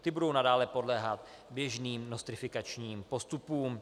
Ty budou nadále podléhat běžným nostrifikačním postupům.